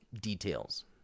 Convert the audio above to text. details